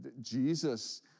Jesus